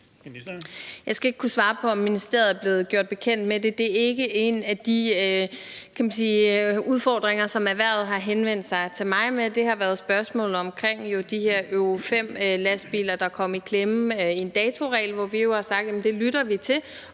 Jeg skal ikke kunne svare på, om ministeriet er blevet gjort bekendt med det. Det er ikke en af de udfordringer, som erhvervet har henvendt sig til mig med. Det har været spørgsmålet omkring de her Euro V-lastbiler, der kom i klemme i forhold til en datoregel, og hvor vi jo har sagt, at det lytter vi til.